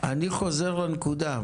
אני חוזר לנקודה.